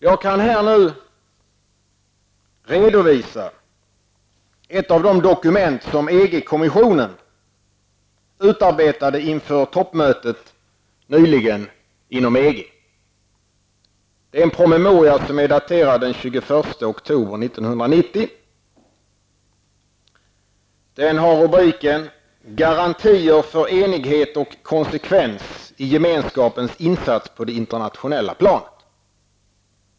Jag kan nu här redovisa ett av de dokument som EG-kommissionen utarbetade inför toppmötet nyligen inom EG. Det är en promemoria som är daterad den 21 oktober 1990 och som har rubriken ''Garantier för enighet och konsekvens i Gemenskapens insats på det internationella planet''.